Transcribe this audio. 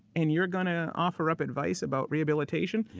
and you're going to offer up advice about rehabilitation?